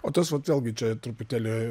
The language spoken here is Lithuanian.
o tas vat vėlgi čia truputėlį